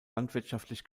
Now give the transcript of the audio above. landwirtschaftlich